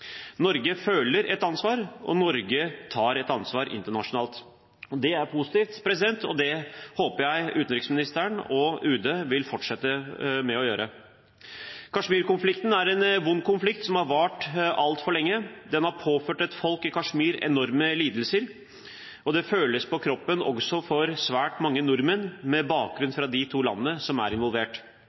Norge føler et ansvar, og Norge tar et ansvar internasjonalt. Det er positivt, og det håper jeg utenriksministeren og UD vil fortsette med å gjøre. Kashmir-konflikten er en vond konflikt som har vart altfor lenge. Den har påført folk i Kashmir enorme lidelser. Det føles på kroppen også for svært mange nordmenn med bakgrunn fra de to landene som er involvert.